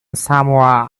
somewhere